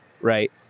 Right